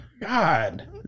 God